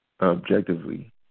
objectively